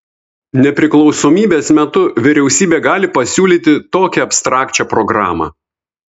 nepriklausomybės metu vyriausybė gali pasiūlyti tokią abstrakčią programą